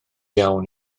iawn